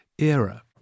era